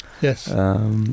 Yes